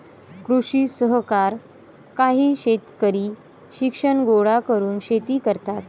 कृषी सहकार काही शेतकरी शिक्षण गोळा करून शेती करतात